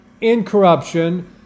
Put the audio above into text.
incorruption